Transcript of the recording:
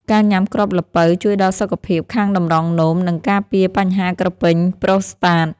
ការញ៉ាំគ្រាប់ល្ពៅជួយដល់សុខភាពខាងតម្រង់នោម និងការពារបញ្ហាក្រពេញប្រូស្តាត។